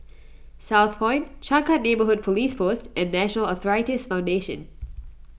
Southpoint Changkat Neighbourhood Police Post and National Arthritis Foundation